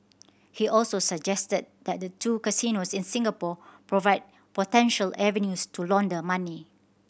he also suggested that the two casinos in Singapore provide potential avenues to launder money